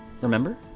Remember